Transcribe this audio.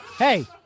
Hey